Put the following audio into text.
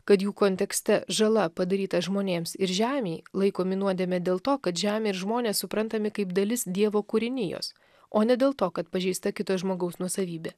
kad jų kontekste žala padaryta žmonėms ir žemėje laikomi nuodėme dėl to kad žemė ir žmonės suprantami kaip dalis dievo kūrinijos o ne dėl to kad pažeista kito žmogaus nuosavybė